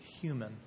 human